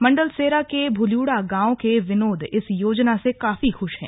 मंडलसेरा के भुल्यूड़ा गांव के विनोद इस योजना से काफी खुश हैं